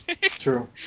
True